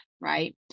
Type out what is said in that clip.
right